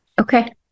Okay